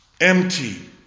Empty